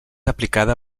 aplicada